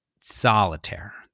Solitaire